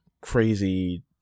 crazy